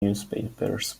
newspapers